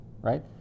right